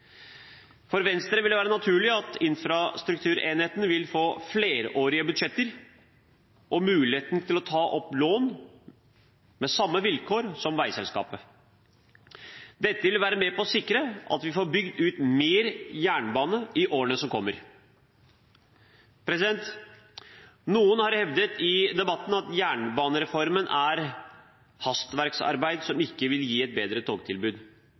For Venstre vil det være naturlig at infrastrukturenheten vil få flerårige budsjetter og mulighet til å ta opp lån på samme vilkår som veiselskapet. Dette vil være med på å sikre at vi får bygd ut mer jernbane i årene som kommer. Noen har hevdet i debatten at jernbanereformen er et hastverksarbeid som ikke vil gi et bedre togtilbud.